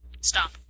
stop